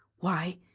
why,